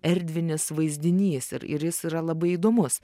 erdvinis vaizdinys ir ir jis yra labai įdomus